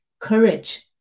courage